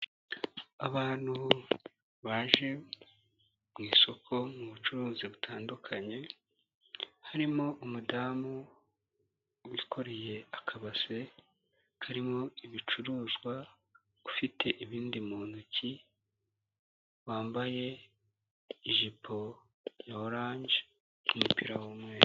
Abantu baje mu isoko mu bucuruzi butandukanye harimo umudamu wikoreye akabase karimo ibicuruzwa ufite ibindi mu ntoki, wambaye ijipo ya oranje ku mupira w'umweru.